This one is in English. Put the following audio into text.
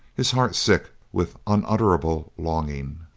his heart sick with unutterable longing.